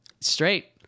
straight